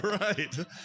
Right